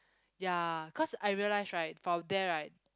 ya cause I realise right from there right